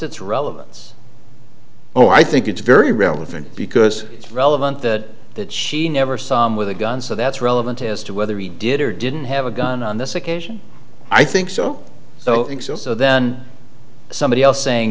its relevance oh i think it's very relevant because it's relevant that that she never saw him with a gun so that's relevant as to whether he did or didn't have a gun on this occasion i think so so so so then somebody else saying